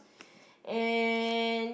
and